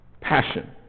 Passion